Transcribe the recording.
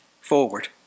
forward